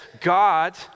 God